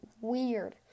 weird